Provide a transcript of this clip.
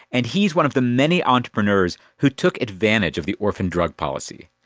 and he's one of the many entrepreneurs who took advantage of the orphan drug policy.